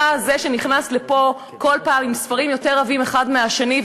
אתה זה שנכנס לפה כל פעם עם ספרים יותר עבים אחד מהשני,